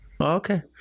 Okay